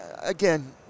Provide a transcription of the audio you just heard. again